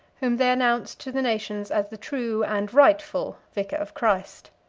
whom they announced to the nations as the true and rightful vicar of christ.